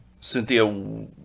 Cynthia